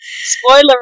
Spoiler